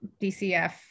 dcf